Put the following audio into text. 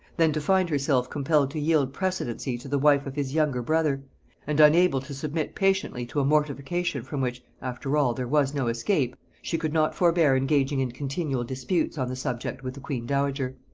than to find herself compelled to yield precedency to the wife of his younger brother and unable to submit patiently to a mortification from which, after all, there was no escape, she could not forbear engaging in continual disputes on the subject with the queen-dowager.